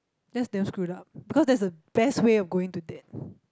that's damn screwed up because that's the best way of going to that